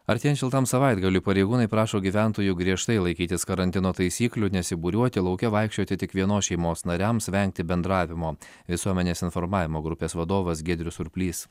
artėjant šiltam savaitgaliui pareigūnai prašo gyventojų griežtai laikytis karantino taisyklių nesibūriuoti lauke vaikščioti tik vienos šeimos nariams vengti bendravimo visuomenės informavimo grupės vadovas giedrius surplys